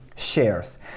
shares